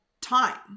time